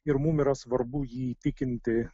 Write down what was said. ir mum yra svarbu jį įtikinti